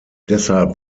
deshalb